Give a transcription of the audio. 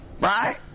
Right